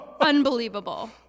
unbelievable